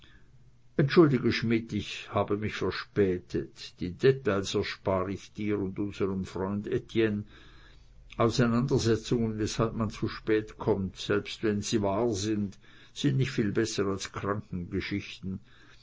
entschuldige schmidt ich habe mich verspätet die details erspar ich dir und unserem freunde etienne auseinandersetzungen weshalb man zu spät kommt selbst wenn sie wahr sind nicht viel besser als